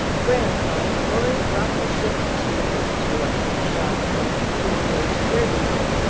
whereupon maury brought the ship to with two or three shots and jimmy made a third attempt,